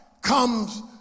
comes